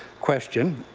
question.